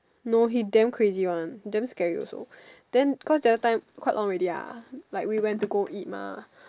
no he damn crazy one damn scary also then cause the other time quite long already ah like we went to go eat mah